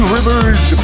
Rivers